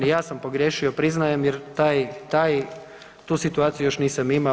Ja sam pogriješio priznajem jer tu situaciju još nisam imao.